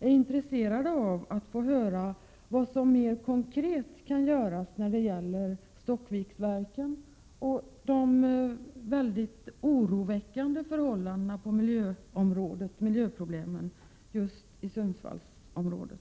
är intresserade av att få höra vad som mer konkret kan göras åt Stockviksverken och åt de oroväckande förhållandena och miljöproblemen just i Sundsvallsområdet.